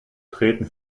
treten